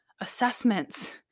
assessments